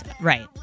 Right